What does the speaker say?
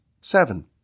seven